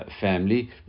family